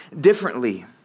differently